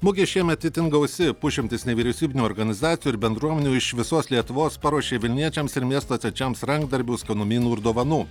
mugė šiemet itin gausi pusšimtis nevyriausybinių organizacijų ir bendruomenių iš visos lietuvos paruošė vilniečiams ir miesto svečiams rankdarbių skanumynų ir dovanų